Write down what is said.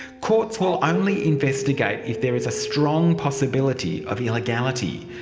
courts will only investigate if there is a strong possibility of illegality.